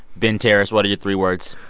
ben terris, what are your three words?